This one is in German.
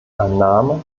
annahme